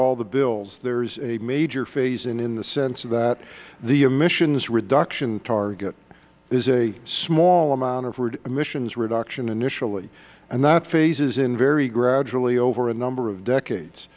the bills there is a major phase in in the sense that the emissions reduction target is a small amount of emissions reduction initially and that phases in very gradually over a number of decades